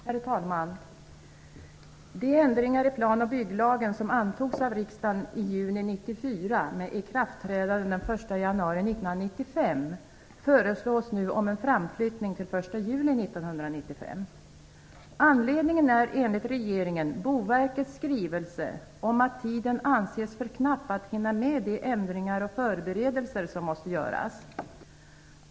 Herr talman! De ändringar i plan och bygglagen som antogs av riksdagen i juni 1994 med ikraftträdande i januari 1995 föreslås nu framflyttade till den 1 Anledningen är, enligt regeringen, Boverkets skrivelse om att tiden anses för knapp för att man skall hinna med de ändringar och förberedelser som måste göras.